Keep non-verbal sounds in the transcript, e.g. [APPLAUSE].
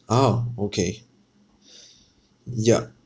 ah okay [BREATH] yup